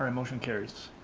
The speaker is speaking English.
ah motion carries.